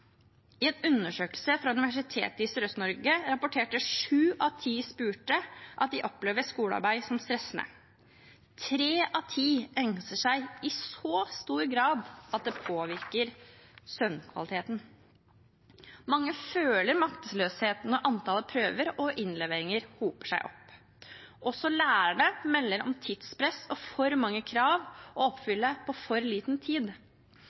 I en undersøkelse fra Universitetet i Sørøst-Norge rapporterte sju av ti spurte at de opplever skolearbeid som stressende, og tre av ti engster seg i så stor grad at det påvirker søvnkvaliteten. Mange føler maktesløshet når antall prøver og innleveringer hoper seg opp. Også lærerne melder om tidspress og for mange krav å oppfylle på for kort tid.